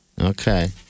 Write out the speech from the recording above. Okay